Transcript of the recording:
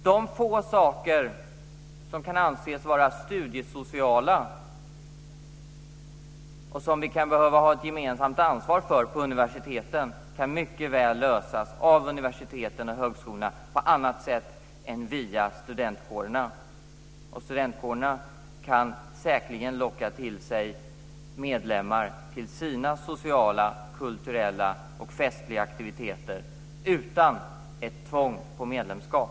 De få saker som kan anses vara studiesociala och som man kan behöva ha ett gemensamt ansvar för på universiteten kan mycket väl lösas av universiteten och högskolorna på annat sätt än via studentkårerna. Studentkårerna kan säkerligen locka till sig studenter till sina sociala, kulturella och festliga aktiviteter utan ett tvång på medlemskap.